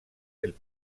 del